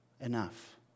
enough